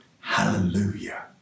hallelujah